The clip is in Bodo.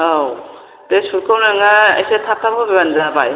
औ बे सुतखौ नोङो एसे थाब होफैबानो जाबाय